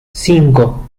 cinco